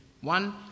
One